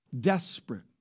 Desperate